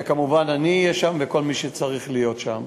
וכמובן, אני אהיה שם, ויהיה כל מי שצריך להיות שם.